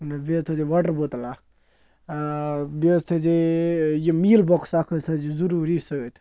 بیٚیہِ حظ تھٲے زےٚ واٹَر بوتَل اَکھ بیٚیہِ حظ تھٲے زیٚے یہِ میٖل بۄکٕس اَکھ حظ تھٲے زِ ضٔروٗری سۭتۍ